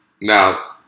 Now